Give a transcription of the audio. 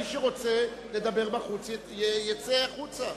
מי שרוצה לדבר בחוץ יצא החוצה.